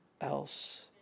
else